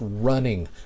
running